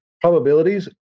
Probabilities